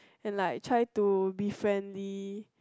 and like try to be friendly